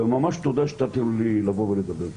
ממש תודה שנתתם לי לדבר פה.